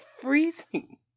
freezing